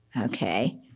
okay